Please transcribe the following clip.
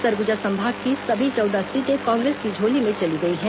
सरगुजा संभाग की सभी चौदह सीटें कांग्रेस की झोली में चली गई हैं